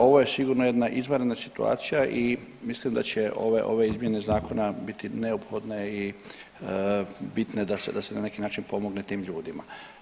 Ovo je sigurno jedna izvanredna situacija i mislim da će ove, ove izmjene zakona biti neophodne i bitne da se, da se na način pomogne tim ljudima.